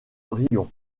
riom